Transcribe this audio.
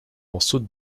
morceaux